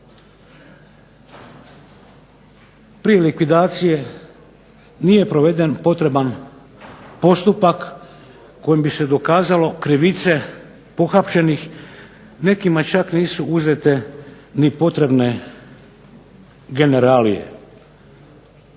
3 likvidacije nije proveden potreban postupak kojim bi se dokazalo krivice pohapšenih, nekima čak nisu uzete ni potrebne generalije.